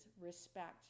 respect